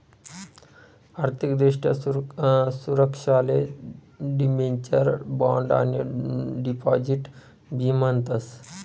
आर्थिक दृष्ट्या सुरक्षाले डिबेंचर, बॉण्ड आणि डिपॉझिट बी म्हणतस